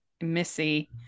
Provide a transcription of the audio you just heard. missy